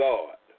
God